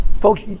Folks